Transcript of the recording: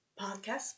podcast